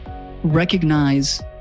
Recognize